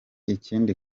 ikindi